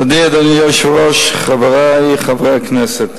תודה, אדוני היושב-ראש, חברי חברי הכנסת,